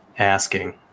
Asking